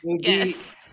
yes